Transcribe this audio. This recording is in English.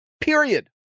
Period